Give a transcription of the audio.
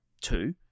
two